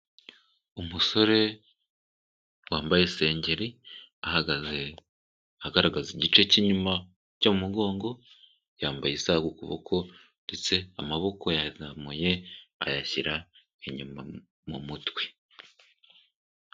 Umusore wambaye isengeri, ahagaze agaragaza igice cy'inyuma cyo mu mugongo, yambaye isaha ku kuboko ndetse amaboko yayazamuye ayashyira inyuma mu mutwe.